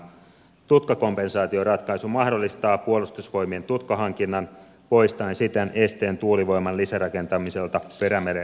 tutkakompensaatioratkaisu mahdollistaa puolustusvoimien tutkahankinnan poistaen siten esteen tuulivoiman lisärakentamiselta perämeren alueella